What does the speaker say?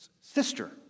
sister